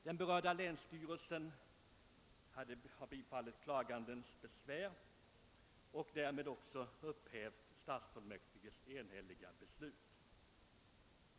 Den berörda länsstyrelsen har bifallit klagandens besvär och därmed också upphävt stadsfullmäktiges enhälliga beslut.